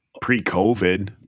pre-COVID